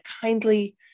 kindly